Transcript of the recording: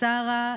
סארה אל-ג'נאמי,